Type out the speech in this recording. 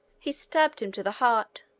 he stabbed him to the heart.